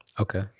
Okay